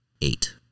eight